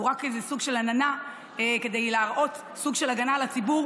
הוא רק איזה סוג של עננה כדי להראות סוג של הגנה על הציבור,